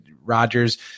Rodgers